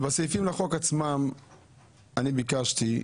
בסעיפים לחוק עצמם אני ביקשתי,